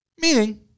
Meaning